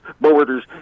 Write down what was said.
borders